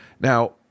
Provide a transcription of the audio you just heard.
Now